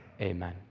Amen